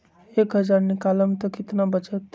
एक हज़ार निकालम त कितना वचत?